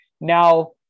Now